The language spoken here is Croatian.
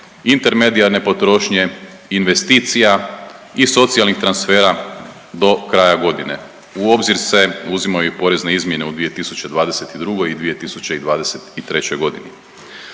intermedijarne potrošnje, investicija i socijalnih transfera do kraja godine. U obzir se uzimaju i porezne izmjene u 2022. i u 2023.g..